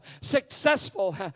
successful